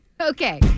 okay